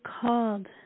called